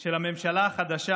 של הממשלה החדשה